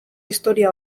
historia